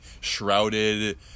shrouded